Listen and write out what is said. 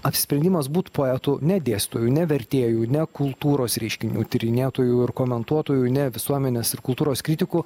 apsisprendimas būti poetu ne dėstytoju ne vertėju ne kultūros reiškinių tyrinėtoju ir komentuotoju ne visuomenės kultūros kritiku